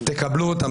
תקבלו אותם,